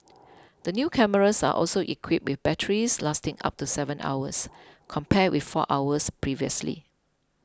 the new cameras are also equipped with batteries lasting up to seven hours compared with four hours previously